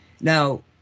now